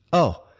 oh,